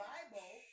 Bible